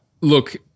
Look